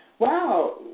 wow